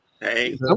Hey